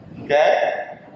Okay